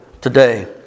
today